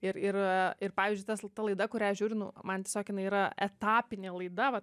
ir ir ir pavyzdžiui tas ta laida kurią aš žiūriu nu man tiesiog jinai yra etapinė laida vat